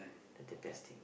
that the best thing